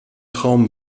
traum